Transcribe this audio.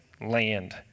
land